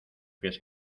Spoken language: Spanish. pies